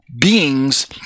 beings